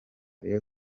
rayon